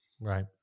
right